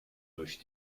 durch